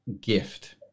gift